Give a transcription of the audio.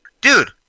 Dude